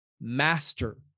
master